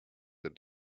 that